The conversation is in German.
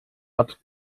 hat